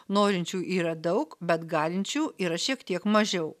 norinčių yra daug bet galinčių yra šiek tiek mažiau